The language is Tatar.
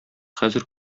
хәзер